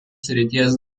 srities